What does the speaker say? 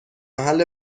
محل